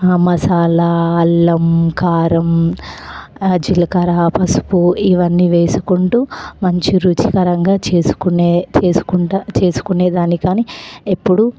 మసాలా అల్లం కారం జిలకర్ర పసుపు ఇవన్నీ వేసుకుంటూ మంచి రుచికరంగా చేస్కునే చేసుకుంటాను చేస్కునేదాన్ని కానీ ఎప్పుడు